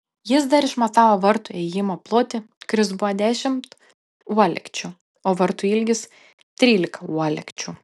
jis dar išmatavo vartų įėjimo plotį kuris buvo dešimt uolekčių o vartų ilgis trylika uolekčių